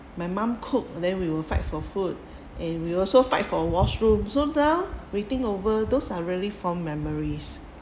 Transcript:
my mum cook then we will fight for food and we also fight for washroom so now waiting over those are really fond memories